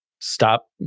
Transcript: stop